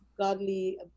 godly